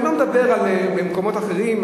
אני לא מדבר במקומות אחרים,